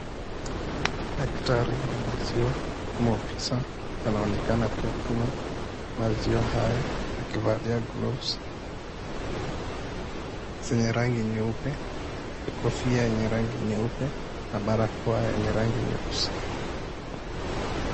Daktari wa maziwa ama ofisaa anaonekana akiyapima maziwa haya akivalia gloves zenye rangi nyeupe kofia yenye rangi nyeupe na barakoa yenye rangi nyeusi.